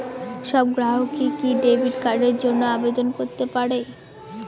সব গ্রাহকই কি ডেবিট কার্ডের জন্য আবেদন করতে পারে?